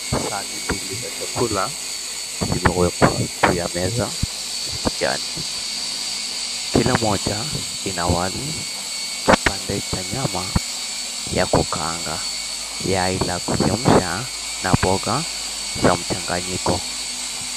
Sahani mbili za chakula zimewekwa juu ya meza ya kijani. Kila moja ina wali, kipande cha nyama ya kukaanga, yai la kuchemsha, na mboga za mchanganyiko.